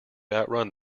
outrun